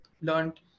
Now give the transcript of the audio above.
learned